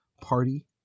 Party